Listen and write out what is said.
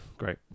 great